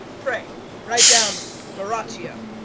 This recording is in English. pray write down borachio.